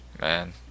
Man